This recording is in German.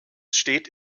steht